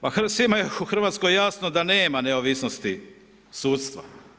Pa svima je u Hrvatskoj jasno da nema neovisnosti sudstva.